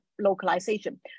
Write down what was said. localization